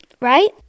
Right